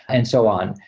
and so on.